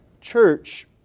church